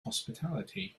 hospitality